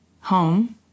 home